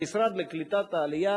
המשרד לקליטת העלייה,